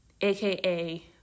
aka